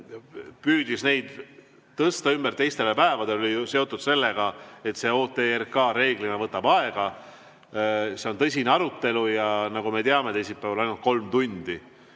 püüdis eelnõusid tõsta ümber teistele päevadele – see oli seotud sellega, et OTRK reeglina võtab aega. See on tõsine arutelu ja nagu me teame, teisipäeval on [aega] ainult kolm tundi.